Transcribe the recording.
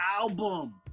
album